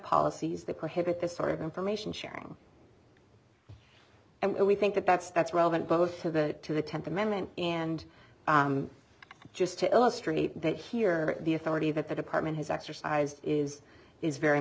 policies that prohibit this sort of information sharing and we think that that's that's relevant both to the to the tenth amendment and just to illustrate that here the authority that the department has exercised is is very